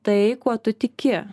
tai kuo tu tiki